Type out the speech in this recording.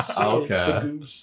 Okay